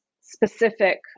specific